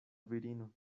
virino